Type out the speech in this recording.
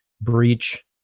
breach